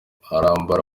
arambara